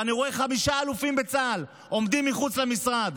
ואני רואה חמישה אלופים בצה"ל עומדים מחוץ למשרד.